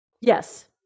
Yes